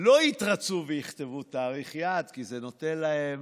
לא יתרצו ויכתבו תאריך יעד, כי זה נותן להם